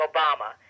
Obama